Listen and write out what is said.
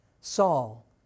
Saul